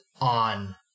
on